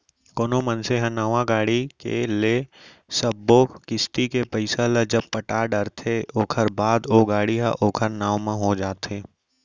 कोनो मनसे ह नवा गाड़ी के ले सब्बो किस्ती के पइसा ल जब पटा डरथे ओखर बाद ओ गाड़ी ह ओखर नांव म हो जाथे